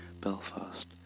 Belfast